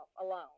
alone